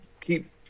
keep